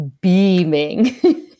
beaming